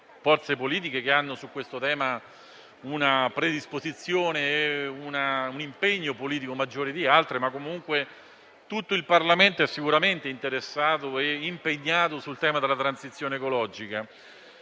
delle quali hanno su questo una predisposizione e un impegno politico maggiore di altre. Ad ogni modo tutto il Parlamento è sicuramente interessato e impegnato sul tema della transizione ecologica.